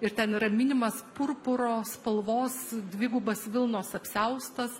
ir ten yra minimas purpuro spalvos dvigubas vilnos apsiaustas